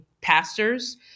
pastors